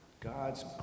God's